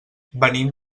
venim